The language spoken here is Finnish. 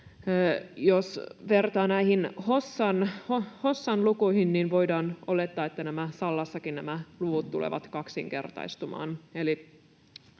Jos vertaa näihin Hossan lukuihin, niin voidaan olettaa, että Sallassakin nämä luvut tulevat kaksinkertaistumaan.